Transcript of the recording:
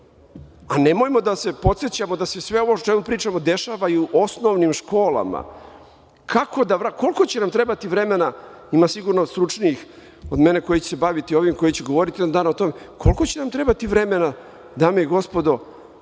AL/MPNemojmo da se podsećamo da se sve ovo o čemu pričamo dešava i u osnovnim školama. Koliko će nam trebati vremena, ima sigurno stručnijih od mene koji će se baviti ovim, koji će govoriti jednog dana o tome, dame i gospodo,